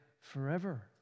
forever